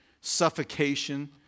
suffocation